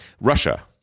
Russia –